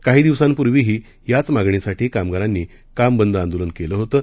काही दिवसांपूर्वीही याच मागणीसाठी कामगारांनी काम बंद आंदोलन केलं होतं